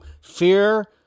fear